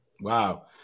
Wow